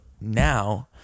now